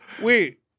Wait